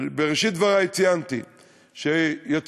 בראשית דברי ציינתי שיצאו